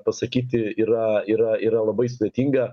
pasakyti yra yra yra labai sudėtinga